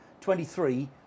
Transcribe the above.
23